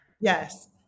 Yes